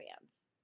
fans